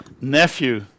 nephew